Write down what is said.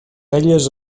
elles